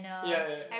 ya ya ya